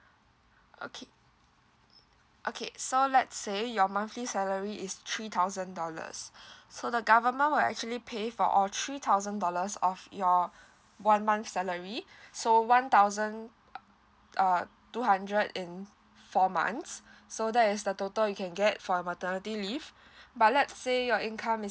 okay okay so let's say your monthly salary is three thousand dollars so the government will actually pay for all three thousand dollars of your one month salary so one thousand uh uh two hundred in four months so that is the total you can get for your maternity leave but let's say your income is